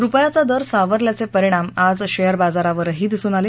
रुपयाचा दर सावरल्याचे परिणाम आज शेयर बाजाररावरही दिसून आले